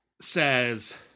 says